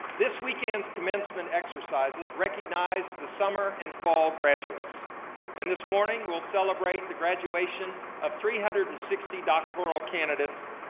this weekend's commencement exercises recognized the summer and fall graduates and this morning we'll celebrate the graduation of three hundred and sixty doctoral candidates,